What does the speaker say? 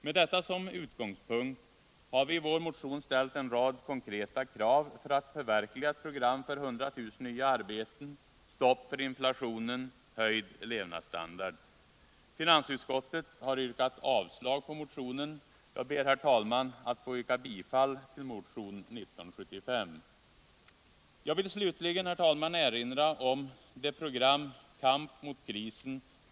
Med detta som utgångspunkt har vi i vår motion ställt en rad konkreta krav för att förverkliga ett program för 100 000 nya arbeten, stopp för inflationen — höjd levnadsstandard. Finansutskottet har yrkat avslag på motionen. Jag ber, herr talman, att få yrka bifall till motionen 1975. Jag vill slutligen, herr talman, erinra om det program ”Kamp mot krisen!